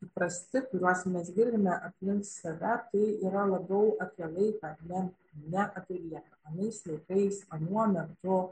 įprasti kuriuos mes girdime aplink save tai yra labiau apie laiką o ne ne apie vietą anais laikais anuo meto